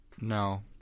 No